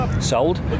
sold